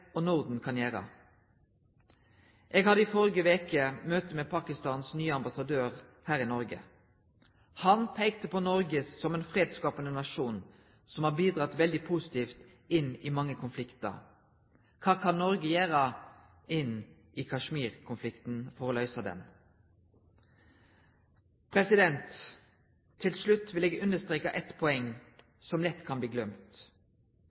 og Norden kan gjøre. Jeg hadde i forrige uke møte med Pakistans nye ambassadør her i Norge. Han pekte på Norge som en fredsskapende nasjon som har bidratt veldig positivt inn i mange konflikter. Hva kan Norge gjøre inn i Kashmir-konflikten for å løse den? Til slutt vil jeg understreke et poeng som lett kan bli